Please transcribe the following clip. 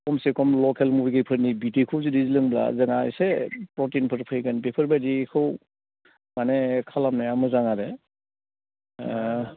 खमसेखम लकेल मुर्गिफोरनि बिदैखौ जुदि लोंब्ला जोंहा एसे प्रटिनफोर फैगोन बेफोरबायदिखौ माने खालामनाया मोजां आरो